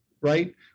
right